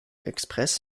express